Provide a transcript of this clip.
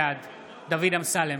בעד דוד אמסלם,